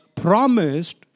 promised